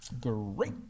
great